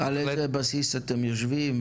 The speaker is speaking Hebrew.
על איזה בסיס אתם יושבים?